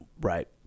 Right